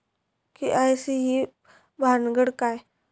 KYC ही भानगड काय?